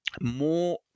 more